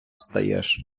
стаєш